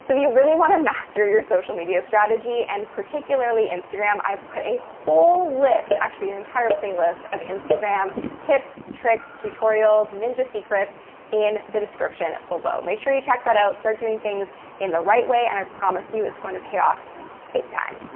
you you really want to master your social media strategy, and particularly instagram, i've put a whole list, actually an entire playlist, of instagram tips, tricks, tutorials, ninja secrets in the description below. make sure you check that out. start doing things in the right way, and i promise you it's going to pay off big time.